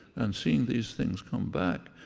and seeing these things come back,